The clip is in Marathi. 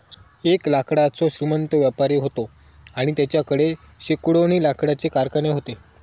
एक लाकडाचो श्रीमंत व्यापारी व्हतो आणि तेच्याकडे शेकडोनी लाकडाचे कारखाने व्हते